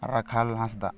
ᱨᱟᱠᱷᱟᱞ ᱦᱟᱸᱥᱫᱟᱜ